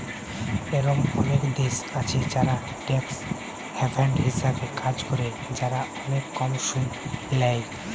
এরোম অনেক দেশ আছে যারা ট্যাক্স হ্যাভেন হিসাবে কাজ করে, যারা অনেক কম সুদ ল্যায়